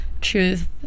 truth